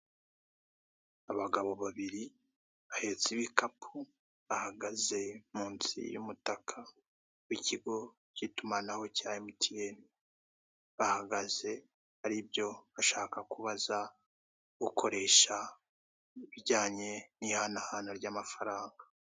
Abagabo babiri bahetse ibikapu bahagaze munsi y'umutaka w'ikigo k'itumanaho cya emutiyene, bahagaaze hari ibyo bashaka kubaza gukoresha ibijyanye n'ihanahana ry'amafaranga.